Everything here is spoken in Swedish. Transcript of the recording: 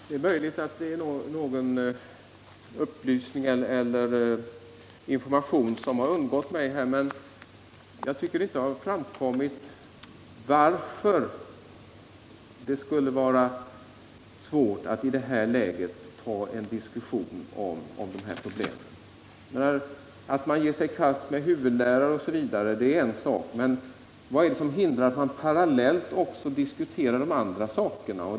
Herr talman! Det är möjligt att någon information har undgått mig, men jag tycker inte att det har framkommit varför det skulle vara svårt att redan nu ta en diskussion om dessa problem. Att man ger sig i kast med huvudlärare osv. är en sak, men vad är det som hindrar att man parallellt diskuterar de andra frågorna?